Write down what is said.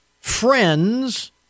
friends